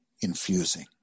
infusing